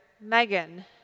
Megan